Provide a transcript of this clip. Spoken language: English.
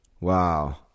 wow